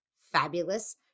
fabulous